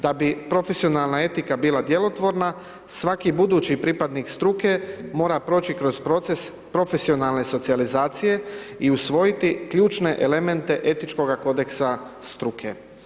Da bi profesionalna etika bila djelotvorna svaki budući pripadnik struke, mora proći kroz proces profesionalne socijalizacije i usvojiti ključne elemente etičkoga kodeksa struke.